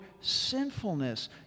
sinfulness